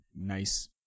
nice